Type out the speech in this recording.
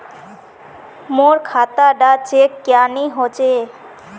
मोर खाता डा चेक क्यानी होचए?